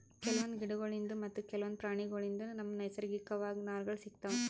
ಕೆಲವೊಂದ್ ಗಿಡಗೋಳ್ಳಿನ್ದ್ ಮತ್ತ್ ಕೆಲವೊಂದ್ ಪ್ರಾಣಿಗೋಳ್ಳಿನ್ದ್ ನಮ್ಗ್ ನೈಸರ್ಗಿಕವಾಗ್ ನಾರ್ಗಳ್ ಸಿಗತಾವ್